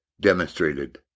demonstrated